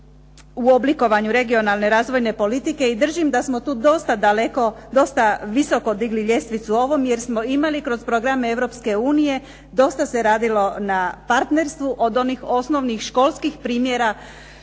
u oblikovanju regionalne razvojne politike i držim da smo tu dosta daleko, dosta visoko digli ljestvicu ovom, jer smo imali kroz programe Europske unije, dosta se radilo na partnerstvu od onih osnovnih školskih primjera